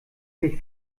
sich